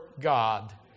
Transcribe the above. God